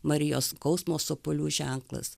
marijos skausmo sopolių ženklas